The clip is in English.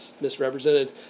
misrepresented